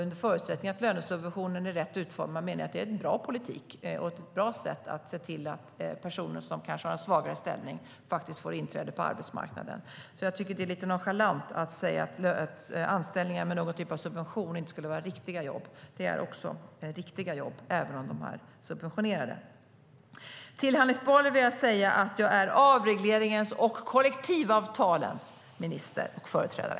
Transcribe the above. Under förutsättning att lönesubventionen är rätt utformad menar jag att det är en bra politik och ett bra sätt att se till att personer som har en svagare ställning får inträde på arbetsmarknaden. Jag tycker att det är lite nonchalant att säga att anställningar med någon typ av subvention inte skulle vara riktiga jobb. De är också riktiga jobb, även om de är subventionerade. Till Hanif Bali vill jag säga att jag är avregleringens och kollektivavtalens minister och företrädare.